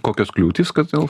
kokios kliūtys kadėl